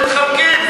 והם מתחמקים.